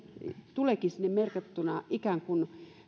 tuleekin sinne merkattuna ikään kuin